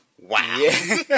Wow